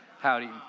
howdy